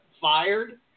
fired